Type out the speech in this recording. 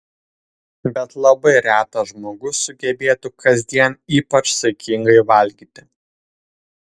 bet labai retas žmogus sugebėtų kasdien ypač saikingai valgyti